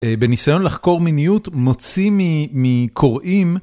בניסיון לחקור מיניות מוציא מקוראים.